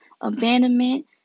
abandonment